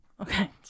Okay